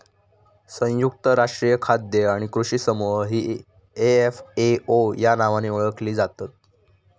संयुक्त राष्ट्रीय खाद्य आणि कृषी समूह ही एफ.ए.ओ या नावाने ओळखली जातत